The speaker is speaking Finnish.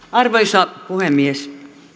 arvoisa puhemies